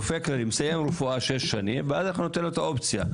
רופא כללי מסיים רפואה בשש שנים ואז אתה נותן לו את האופציה.